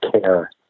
care